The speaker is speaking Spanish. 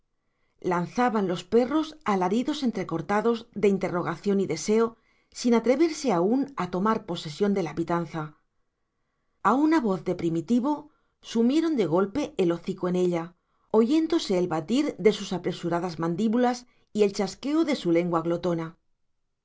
lanzaban los perros alaridos entrecortados de interrogación y deseo sin atreverse aún a tomar posesión de la pitanza a una voz de primitivo sumieron de golpe el hocico en ella oyéndose el batir de sus apresuradas mandíbulas y el chasqueo de su lengua glotona